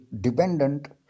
dependent